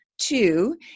Two